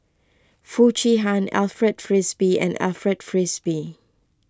Foo Chee Han Alfred Frisby and Alfred Frisby